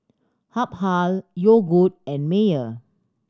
Habhal Yogood and Mayer